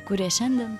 kurie šiandien